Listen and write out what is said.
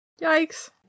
Yikes